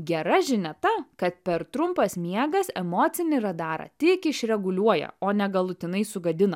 gera žinia ta kad per trumpas miegas emocinį radarą tik išreguliuoja o ne galutinai sugadina